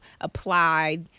applied